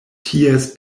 ties